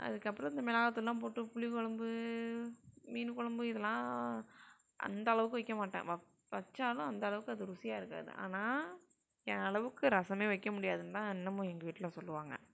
அதுக்கப்புறம் இந்த மிளகாய் தூள்லாம் போட்டு புளி குழம்பு மீன் குழம்பு இதெல்லாம் அந்த அளவுக்கு வைக்க மாட்டேன் வெச்சாலும் அந்த அளவுக்கு அது ருசியாக இருக்காது ஆனால் என் அளவுக்கு ரசமே வைக்க முடியாதுன்னு தான் இன்னமும் எங்கள் வீட்டில் சொல்வாங்க